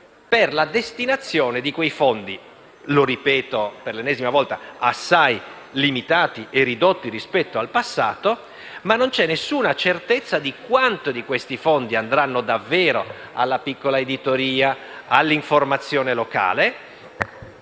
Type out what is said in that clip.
per la destinazione di quei fondi, assai limitati e ridotti rispetto al passato, ma non c'è nessuna certezza di quanto di questi fondi andrà davvero alla piccola editoria, all'informazione locale